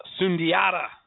Sundiata